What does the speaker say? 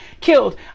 killed